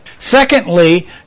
Secondly